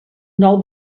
nou